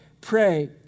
Pray